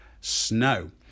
snow